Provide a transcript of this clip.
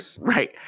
Right